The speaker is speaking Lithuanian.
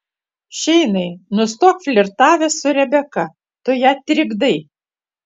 šeinai nustok flirtavęs su rebeka tu ją trikdai